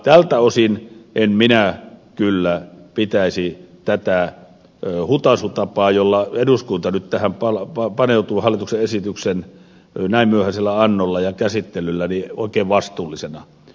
tältä osin minä en kyllä pitäisi tätä hutaisutapaa jolla eduskunta nyt tähän paneutuu hallituksen esityksen näin myöhäisellä annolla ja käsittelyllä oikein vastuullisena